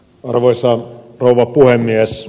arvoisa rouva puhemies